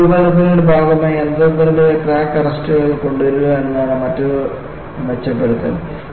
നിങ്ങളുടെ രൂപകൽപ്പനയുടെ ഭാഗമായി അന്തർനിർമ്മിത ക്രാക്ക് അറസ്റ്ററുകളെ കൊണ്ടുവരിക എന്നതാണ് മറ്റൊരു മെച്ചപ്പെടുത്തൽ